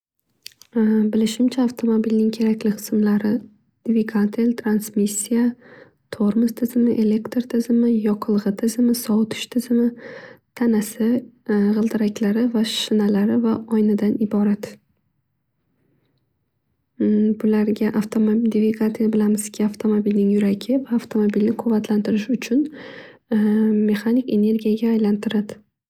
Bilishimcha avtomobilning kerakli qismlari dvigatel, transmissiya, tormoz tizimi, elektr tizimi yoqilgi tizimi, sovutish tizimi, tanasi, g'ildiraklari, va shinalari va oynadan iborat. Bularga avtomo- dvigatel bilamizki avtomobilning yuragi va avtomobilni quvvatlantirish uchun mehanik energiyaga aylantiradi.